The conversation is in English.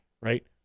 right